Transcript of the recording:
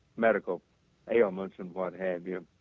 medical ailments and what have you.